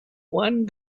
one